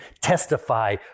testify